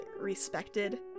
respected